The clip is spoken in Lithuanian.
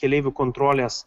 keleivių kontrolės